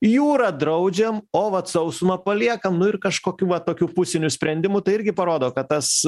jūra draudžiam o vat sausuma paliekam nu ir kažkokių va tokių pusinių sprendimų tai irgi parodo kad tas